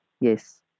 yes